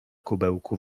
kubełku